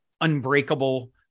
unbreakable